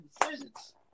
decisions